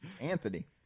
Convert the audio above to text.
Anthony